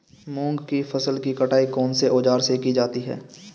मूंग की फसल की कटाई कौनसे औज़ार से की जाती है?